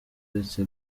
uretse